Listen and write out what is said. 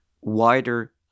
wider